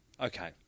Okay